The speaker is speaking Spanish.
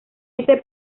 ese